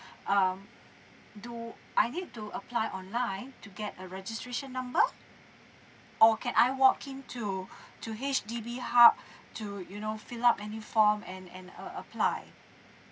um do I need to apply online to get a registration number or can I walk in to to H_D_B hub to you know fill up any form and and uh apply